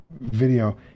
video